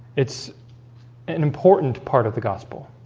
it's an important part of the gospel